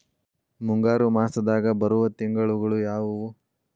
ಮುಂಗಾರು ಮಾಸದಾಗ ಬರುವ ತಿಂಗಳುಗಳ ಯಾವವು?